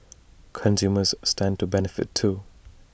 consumers stand to benefit too